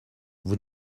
vous